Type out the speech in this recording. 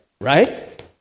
right